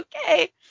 okay